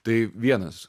tai vienas